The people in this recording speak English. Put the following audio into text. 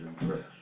impressed